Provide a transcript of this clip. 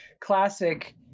classic